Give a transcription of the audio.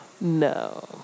No